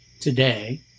Today